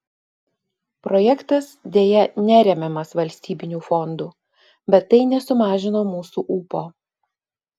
projektas deja neremiamas valstybinių fondų bet tai nesumažino mūsų ūpo